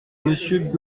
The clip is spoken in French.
monsieur